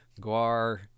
Guar